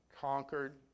Conquered